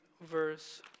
verse